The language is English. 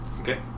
Okay